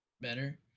better